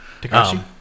Takashi